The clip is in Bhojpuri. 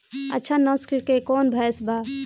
अच्छा नस्ल के कौन भैंस बा?